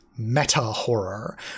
meta-horror